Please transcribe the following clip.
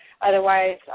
Otherwise